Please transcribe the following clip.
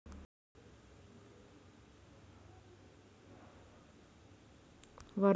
वर्तमान मूल्य वापरून तुम्ही भविष्यातील आर्थिक फायदा कसा मिळवू शकता?